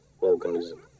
organism